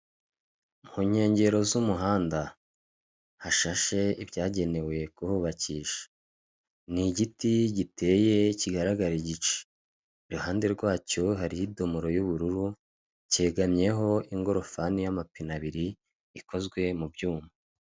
mu nkengero z'umuhanda hashashe ibyagenewe kuhubakisha, ni igiti giteye kigaragara igice, iruhande rwacyo hariho idomoro y'ubururu, cyegamyeho ingorofani y'amapine abiri ikozwe mu byuma.